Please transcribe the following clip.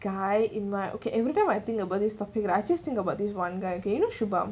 guy in my okay even though I think about this topic and I just think about this one guy here I think it's about